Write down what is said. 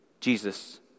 Jesus